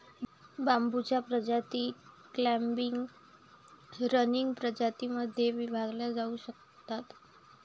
बांबूच्या प्रजाती clumping, running प्रजातीं मध्ये विभागल्या जाऊ शकतात